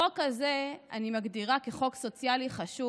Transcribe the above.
את החוק הזה אני מגדירה כחוק סוציאלי חשוב.